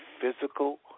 physical